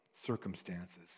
circumstances